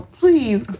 please